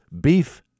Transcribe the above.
Beef